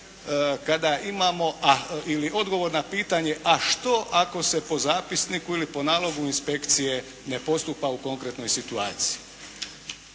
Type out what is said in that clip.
kada imamo ili odgovor na pitanje, a što ako se po zapisniku ili po nalogu inspekcije ne postupa u konkretnoj situaciji.